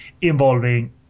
involving